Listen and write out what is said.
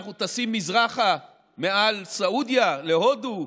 אנחנו טסים מזרחה מעל סעודיה להודו,